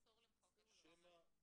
אסור למחוק את החומר.